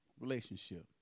relationship